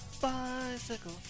Bicycle